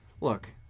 look